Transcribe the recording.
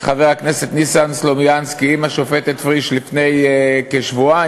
חבר הכנסת ניסן סלומינסקי עם השופטת פריש לפני כשבועיים,